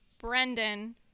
brendan